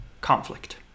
conflict